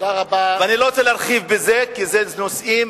אני לא רוצה להרחיב בזה, כי אלה נושאים,